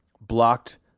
blocked